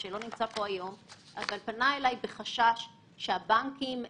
שזו המפקחת על הבנקים,